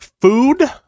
food